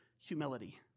humility